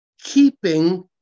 keeping